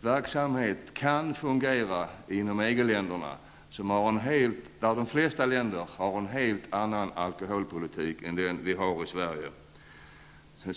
verksamhet kan fungera i EG-länderna, eftersom de flesta länderna har en helt annan alkoholpolitik än Sverige.